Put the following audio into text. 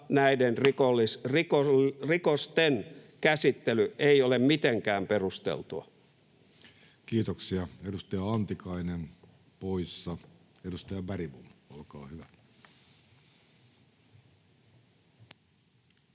näiden rikosten käsittely ei ole mitenkään perusteltua. Kiitoksia. — Edustaja Antikainen, poissa. — Edustaja Bergbom, olkaa hyvä.